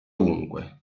ovunque